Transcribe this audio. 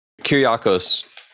Kyriakos